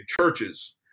churches